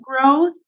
growth